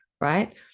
right